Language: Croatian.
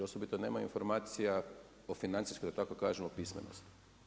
Osobito nemaju informacija o financijskoj da tako kažem o pismenosti.